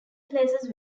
places